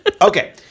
Okay